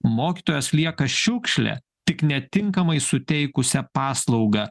mokytojas lieka šiukšlė tik netinkamai suteikusia paslaugą